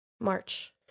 March